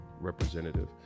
representative